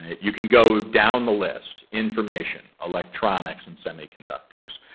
you can go down the list information, electronics and semiconductors.